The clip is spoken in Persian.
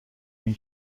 اینه